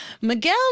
Miguel